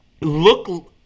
look